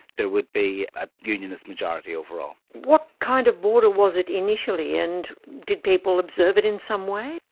there would be a unionist majority overall. what kind of border was it initially and did people observe it in some way?